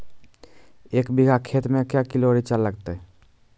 एक बीघा खेत मे के किलो रिचा लागत?